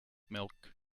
milk